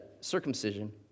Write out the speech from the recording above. circumcision